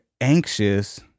anxious